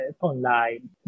online